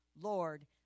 Lord